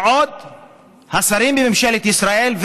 ועוד השרים בממשלת ישראל.